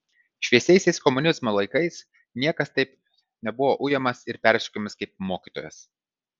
šviesiaisiais komunizmo laikais niekas taip nebuvo ujamas ir persekiojamas kaip mokytojas